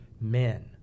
men